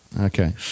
Okay